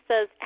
says